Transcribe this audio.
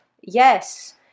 yes